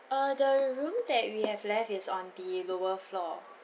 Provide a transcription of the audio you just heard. uh the room that we have left is on the lower floor